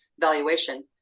valuation